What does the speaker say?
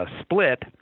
split